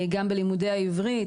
גם נתנו תקציב ללימודי העברית,